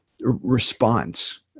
response